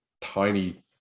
tiny